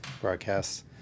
broadcasts